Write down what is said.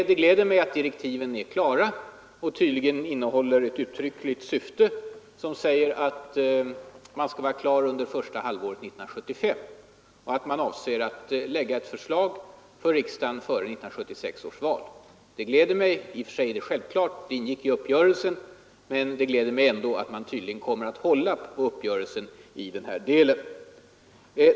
Det gläder mig att direktiven tydligen innehåller ett uttryckligt syfte att utredningen skall vara färdig under första halvåret 1975 och att regeringen avser att framlägga ett förslag för riksdagen före 1976 års val. I och för sig är detta självklart eftersom det ingick i uppgörelsen. Men det gläder mig ändå att man tydligen kommer att hålla på uppgörelsen i denna del.